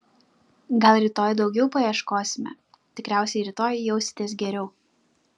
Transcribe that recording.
gal rytoj daugiau paieškosime tikriausiai rytoj jausitės geriau